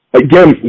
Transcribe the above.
again